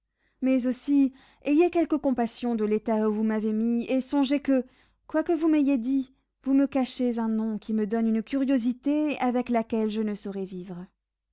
mais aussi ayez quelque compassion de l'état où vous m'avez mis et songez que quoi que vous m'ayez dit vous me cachez un nom qui me donne une curiosité avec laquelle je ne saurais vivre